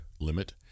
limit